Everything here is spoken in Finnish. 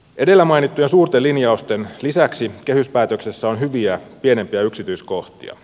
edellä mainittujen suurten linjausten lisäksi kehyspäätöksessä on hyviä pienempiä yksityiskohtia